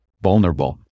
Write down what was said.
vulnerable